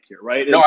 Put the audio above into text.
right